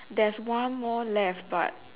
there's one more left but